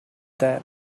that